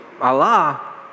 Allah